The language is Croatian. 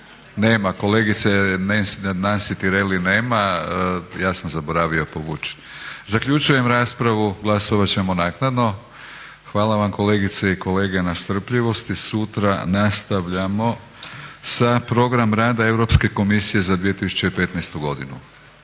Nema, kolegice Nansi Tireli nema. Ja sam zaboravio povuč. Zaključujem raspravu. Glasovat ćemo naknadno. Hvala vam kolegice i kolege na strpljivosti. Sutra nastavljamo sa Program rada Europske komisije za 2015. godinu.